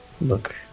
look